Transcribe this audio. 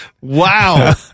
Wow